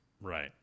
right